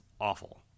awful